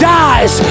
dies